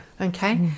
Okay